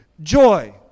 joy